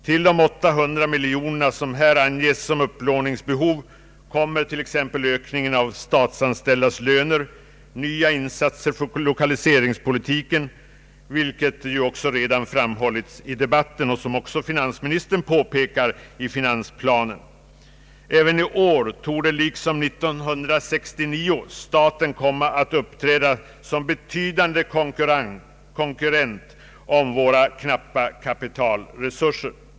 Till de 800 miljonerna som här anges som upplåningsbehov kommer t.ex. ökningen av de statsanställdas löner samt nya insatser på lokaliseringspolitkens område, vilket redan framhållits i debatten och vilket också finansministern påpekar i finansplanen. Även i år torde liksom år 1969 staten komma att uppträda som betydande konkurrent om våra knappa kapitalresurser.